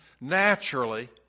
naturally